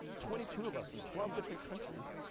twenty two of us, from twelve different countries,